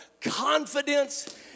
confidence